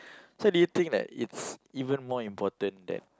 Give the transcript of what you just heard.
so do you think that it's even more important that